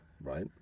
Right